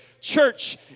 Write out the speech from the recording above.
church